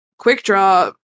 Quickdraw